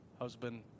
husband